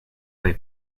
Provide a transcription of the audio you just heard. they